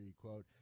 quote